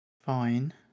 Fine